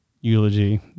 eulogy